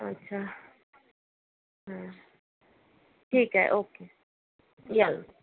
अच्छा ठीक आहे ओके या मग